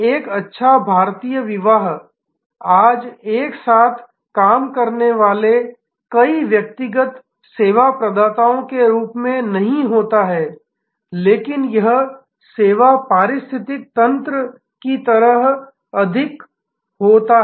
एक अच्छा भारतीय विवाह आज एक साथ काम करने वाले कई व्यक्तिगत सेवा प्रदाताओं के रूप में नहीं होता है लेकिन यह सेवा पारिस्थितिकी तंत्र की तरह अधिक होता है